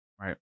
Right